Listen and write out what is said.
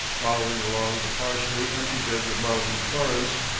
following along the partially empty beds of mountain torrents,